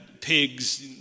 pigs